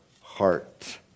heart